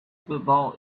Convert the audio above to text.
football